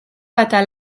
atal